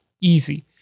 easy